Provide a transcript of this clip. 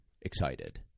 excited